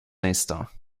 instants